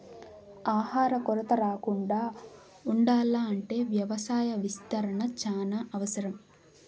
ఆహార కొరత రాకుండా ఉండాల్ల అంటే వ్యవసాయ విస్తరణ చానా అవసరం